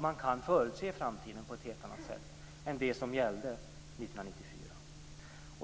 Man kan förutse framtiden på ett helt annat sätt än 1994.